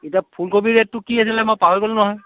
এতিয়া ফুলকবি ৰেটটো কি আছিলে মই পাহৰি গ'লোঁ নহয়